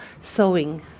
sewing